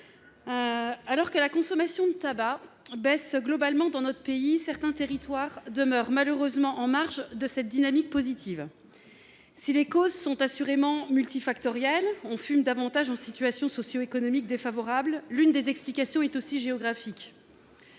Alors que la consommation de tabac baisse globalement dans notre pays, certains territoires demeurent malheureusement en marge de cette dynamique positive. Si les causes sont assurément multifactorielles- on fume davantage en situation socio-économique défavorable -, l'une des explications est aussi géographique.